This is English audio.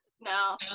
No